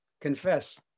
Confess